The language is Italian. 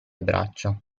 braccia